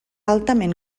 altament